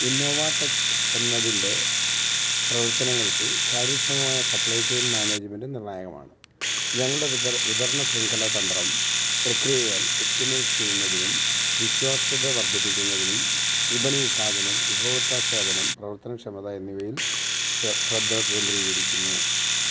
Innova Techs എന്നതിൻ്റെ പ്രവർത്തനങ്ങൾക്ക് കാര്യക്ഷമമായ സപ്ലൈ ചെയിൻ മാനേജ്മെൻറ് നിർണായകമാണ് ഞങ്ങളുടെ വിത വിതരണ ശൃംഖല തന്ത്രം പ്രക്രിയകൾ ഒപ്റ്റിമൈസ് ചെയ്യുന്നതിനും വിശ്വാസ്യത വർദ്ധിപ്പിക്കുന്നതിനും വിപണി വിഭജനം ഉപഭോക്തൃ സേവനം പ്രവർത്തനക്ഷമത എന്നിവയിൽ ശ്രദ്ധ കേന്ദ്രീകരിക്കുന്നു